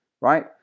right